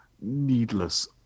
needless